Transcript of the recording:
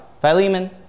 Philemon